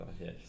Yes